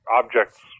objects